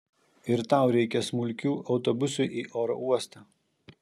ir tau reikia smulkių autobusui į oro uostą